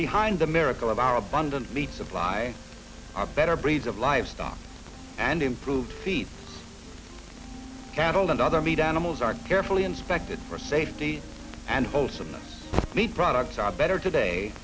behind the miracle of our abundant meat supply are better breeds of livestock and improved feed cattle and other meat animals are carefully inspected for safety and wholesomeness meat products are better today